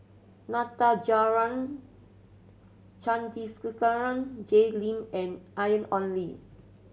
Natajaran Jay Lim and Ong Li